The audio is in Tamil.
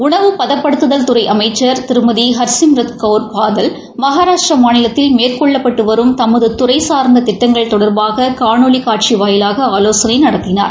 உணவு பதப்படுத்துதல் துறை அமைச்சர் திருமதி ஹர்சிம்ரத் கௌர் பாதல் மகாராஷ்டிரா மாநிலத்தில் மேற்கொள்ளப்பட்டு வரும் தமது துறை சார்ந்த திட்டங்கள் தொடர்பாக காணொலி காட்சி வாயிலாக ஆவோசனை நடத்தினார்